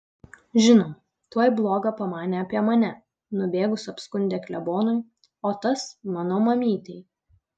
žinoma tuoj bloga pamanė apie mane nubėgus apskundė klebonui o tas mano mamytei